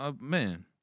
man